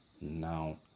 now